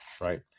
right